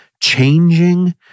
changing